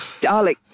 darling